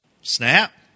Snap